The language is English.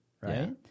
right